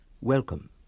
Welcome